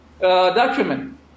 document